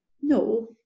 no